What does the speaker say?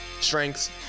Strengths